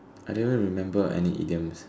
I don't even remember any idioms